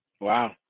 Wow